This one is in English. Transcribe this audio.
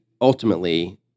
ultimately